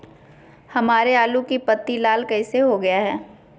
हमारे आलू की पत्ती लाल कैसे हो गया है?